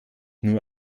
nur